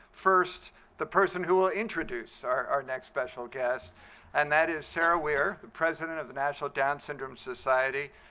first the person who will introduce our our next special guest and that is sarah weir, the president of the national down syndrome society.